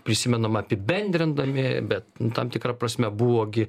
prisimenam apibendrindami bet tam tikra prasme buvo gi